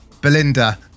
Belinda